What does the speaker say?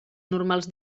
normals